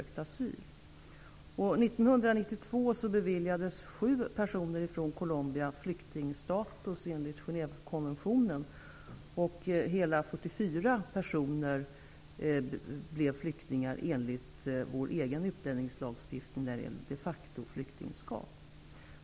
År 1992 beviljades 7 personer från Colombia flyktingstatus enligt Genèvekonventionen, och hela 44 personer blev flyktingar enligt vår egen utlänningslagstiftning gällande de factoflyktingskap.